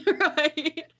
right